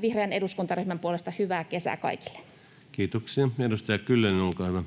vihreän eduskuntaryhmän puolesta hyvää kesää kaikille. Kiitoksia. — Edustaja Kyllönen, olkaa hyvä.